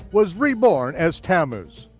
was reborn as tammuz.